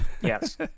yes